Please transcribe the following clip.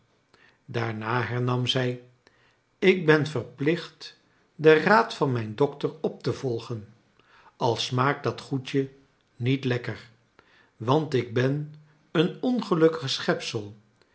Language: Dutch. daarna hernam zij ik ben verplicht den raad van mijn dokter op te volgen al smaakt dat goedje niet lekker want ik ben een ongelukkig